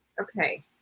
Okay